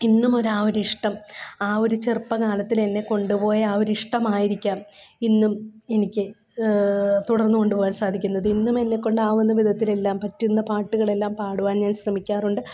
ഇന്നും ഒരു ആ ഒരിഷ്ടം ആ ഒരു ചെറുപ്പകാലത്തിലെന്നെക്കൊണ്ടുപോയ ആ ഒരു ഇഷ്ടമായിരിക്കാം ഇന്നും എനിക്ക് തുടർന്നുകൊണ്ടുപോകാൻ സാധിക്കുന്നത് ഇന്നും എന്നെകൊണ്ടാവുന്ന വിധത്തിലെല്ലാം പറ്റുന്ന പാട്ടുകളെല്ലാം പാടുവാൻ ഞാൻ ശ്രമിക്കാറുണ്ട്